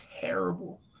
terrible